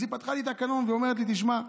אז היא פתחה לי תקנון ואמרה לי: תשמע,